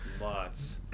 Lots